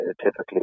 typically